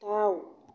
दाउ